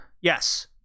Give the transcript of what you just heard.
yes